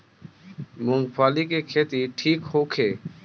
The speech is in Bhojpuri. मूँगफली के खेती ठीक होखे?